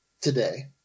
today